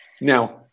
Now